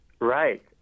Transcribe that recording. Right